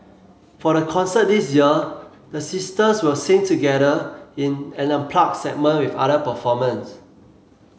for the concert this year the sisters will sing together in an unplugged segment with other performers